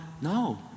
no